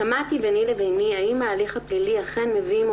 תמהתי ביני לביני האם ההליך הפלילי אכן מביא עמו